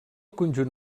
conjunt